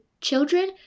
children